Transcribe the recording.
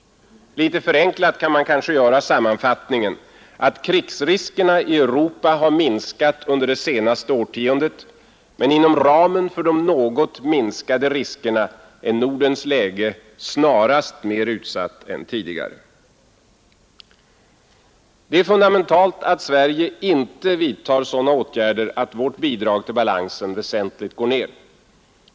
Litet förenklat kan man kanske göra sammanfattningen att krigsriskerna i Europa har minskat under det senaste årtiondet, men inom ramen för de något minskade riskerna är Nordens läge snarast mer utsatt än tidigare. Det är fundamentalt att Sverige inte vidtar sådana åtgärder, att vårt bidrag till balansen väsentligt går ned.